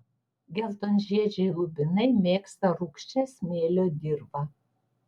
geltonžiedžiai lubinai mėgsta rūgščią smėlio dirvą